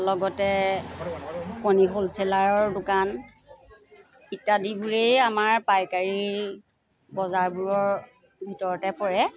লগতে কণী হোলচেলাৰৰ দোকান ইত্যাদিবোৰেই আমাৰ পাইকাৰীৰ বজাৰবোৰৰ ভিতৰতে পৰে